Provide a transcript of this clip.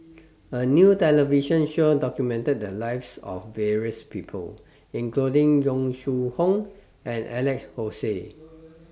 A New television Show documented The Lives of various People including Yong Shu Hoong and Alex Josey